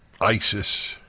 ISIS